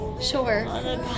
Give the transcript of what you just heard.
Sure